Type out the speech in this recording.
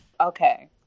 Okay